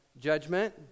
judgment